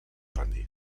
rendir